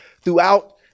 throughout